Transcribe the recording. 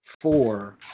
four